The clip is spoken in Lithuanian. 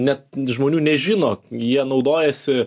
net žmonių nežino jie naudojasi